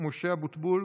משה אבוטבול,